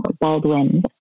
Baldwin